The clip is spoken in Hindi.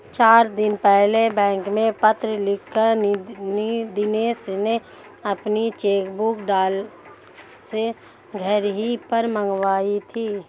चार दिन पहले बैंक में पत्र लिखकर दिनेश ने अपनी चेकबुक डाक से घर ही पर मंगाई थी